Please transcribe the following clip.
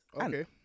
Okay